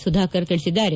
ಸುಧಾಕರ್ ತಿಳಿಸಿದ್ದಾರೆ